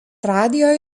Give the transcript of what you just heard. radijo